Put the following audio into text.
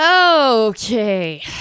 Okay